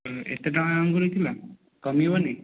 ହୁଁ ଏତେ ଟଙ୍କା ଅଙ୍ଗୁର କିଲୋ କମିବନି